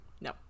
No